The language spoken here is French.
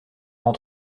rend